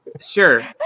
sure